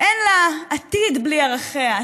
אין לה עתיד בלי ערכיה.